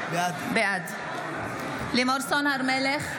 בעד לימור סון הר מלך,